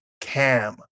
cam